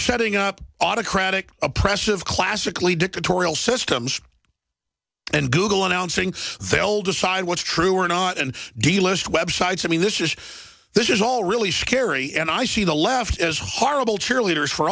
setting up autocratic oppressive classically dictatorial systems and google announcing they'll decide what's true or not and delist websites i mean this is this is all really scary and i see the left as horrible cheerleaders for